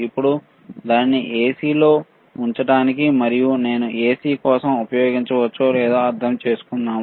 ఇప్పుడు దానిని AC లో ఉంచడానికి మరియు దానిని AC కోసం ఉపయోగించవచ్చో లేదో అర్థం చేసుకుందాం